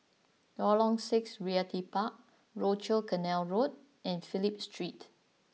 Lorong Six Realty Park Rochor Canal Road and Phillip Street